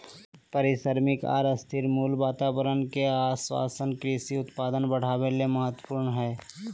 पारिश्रमिक आर स्थिर मूल्य वातावरण के आश्वाशन कृषि उत्पादन बढ़ावे ले महत्वपूर्ण हई